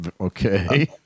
Okay